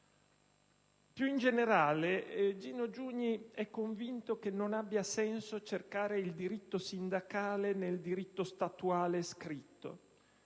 al contratto. Gino Giugni è convinto che non abbia senso cercare il diritto sindacale nel diritto statuale scritto: